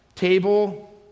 Table